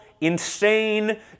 insane